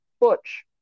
Butch